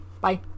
Bye